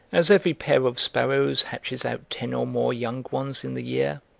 as every pair of sparrows hatches out ten or more young ones in the year,